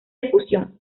discusión